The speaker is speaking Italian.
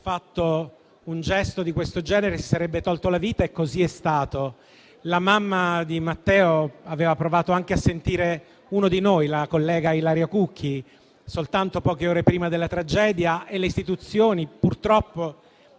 tornato in cella, si sarebbe tolto la vita, e così è stato. La mamma di Matteo aveva provato anche a sentire uno di noi, la collega Ilaria Cucchi, soltanto poche ore prima della tragedia, e le istituzioni, purtroppo,